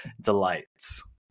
delights